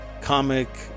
comic